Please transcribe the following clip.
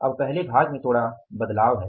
अब पहले भाग में थोड़ा बदलाव है